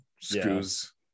screws